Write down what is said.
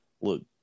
Look